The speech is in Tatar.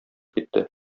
китте